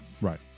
Right